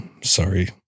sorry